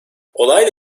olayla